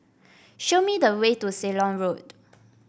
show me the way to Ceylon Road